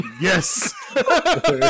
Yes